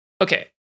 Okay